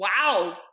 Wow